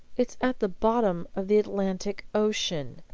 it's at the bottom of the atlantic ocean.